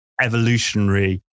evolutionary